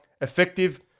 effective